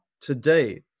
today